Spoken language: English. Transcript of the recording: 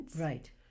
Right